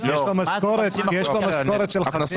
כי יש לו משכורת של חצי מיליון שקל.